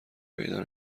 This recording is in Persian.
پیدا